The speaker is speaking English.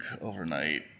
overnight